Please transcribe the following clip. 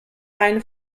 reine